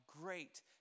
great